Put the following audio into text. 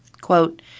Quote